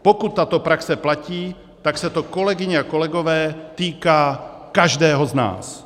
Pokud tato praxe platí, tak se, kolegyně a kolegové, týká každého z nás.